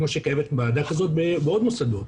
כמו שקיימת ועדה כזאת בעוד מוסדות.